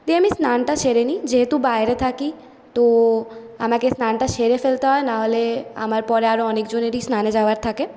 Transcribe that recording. দিয়ে আমি স্নানটা সেরে নিই যেহেতু বাইরে থাকি তো আমাকে স্নানটা সেরে ফেলতে হয় না হলে আমার পরে আরও অনেকজনেরই স্নানে যাওয়ার থাকে